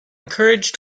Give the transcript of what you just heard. encouraged